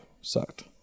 sucked